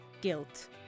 guilt